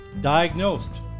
diagnosed